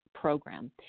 program